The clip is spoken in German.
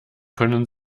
können